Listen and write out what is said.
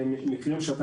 אישורים.